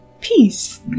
peace